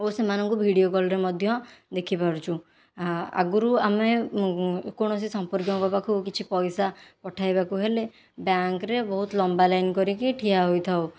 ଓ ସେମାନଙ୍କୁ ଭିଡ଼ିଓ କଲ୍ରେ ମଧ୍ୟ ଦେଖିପାରୁଛୁ ଆଗରୁ ଆମେ କୌଣସି ସମ୍ପର୍କୀୟଙ୍କ ପାଖକୁ କିଛି ପଇସା ପଠାଇବାକୁ ହେଲେ ବ୍ୟାଙ୍କ୍ରେ ବହୁତ ଲମ୍ବା ଲାଇନ୍ କରି କି ଠିଆ ହୋଇଥାଉ